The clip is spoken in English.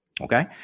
Okay